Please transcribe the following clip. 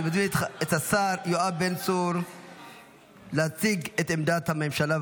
אני מזמין את השר יואב בן צור להציג את עמדת הממשלה.